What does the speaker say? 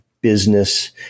business